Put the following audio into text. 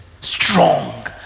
Strong